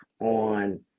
on